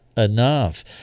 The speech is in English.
enough